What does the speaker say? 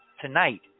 tonight